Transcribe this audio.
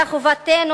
אלא חובתנו,